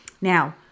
Now